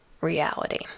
reality